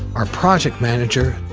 our project manager,